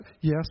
Yes